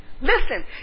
Listen